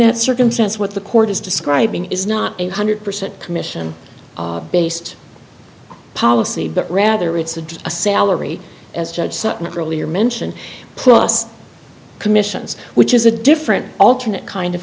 that circumstance what the court is describing is not one hundred percent commission based policy but rather it's just a salary as judge sutton earlier mentioned plus commissions which is a different alternate kind